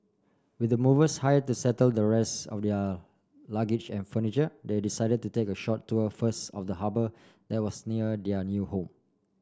with the movers hire to settle the rest of their luggage and furniture they decided to take a short tour first of the harbour that was near their new home